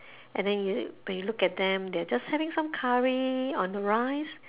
and then you when you look at them they're just having some curry on the rice